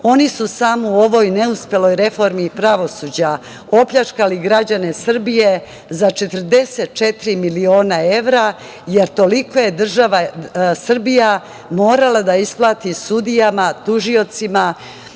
Oni su samo u ovoj neuspeloj reformi pravosuđa opljačkali građane Srbije za 44 miliona evra, jer toliko je država Srbija morala da isplati sudijama, tužiocima,